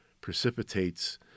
precipitates